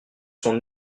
sont